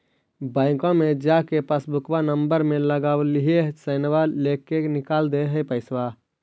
बैंकवा मे जा के पासबुकवा नम्बर मे लगवहिऐ सैनवा लेके निकाल दे है पैसवा?